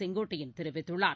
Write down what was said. செங்கோட்டையன் தெரிவித்துள்ளார்